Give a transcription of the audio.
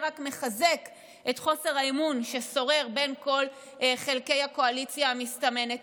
זה רק מחזק את חוסר האמון ששורר בין כל חלקי הקואליציה המסתמנת.